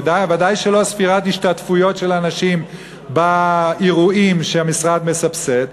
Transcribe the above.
ודאי שלא ספירת השתתפויות של אנשים באירועים שהמשרד מסבסד,